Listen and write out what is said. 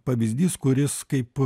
pavyzdys kuris kaip